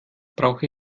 brauche